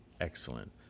excellent